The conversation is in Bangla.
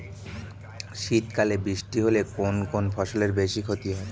শীত কালে বৃষ্টি হলে কোন কোন ফসলের বেশি ক্ষতি হয়?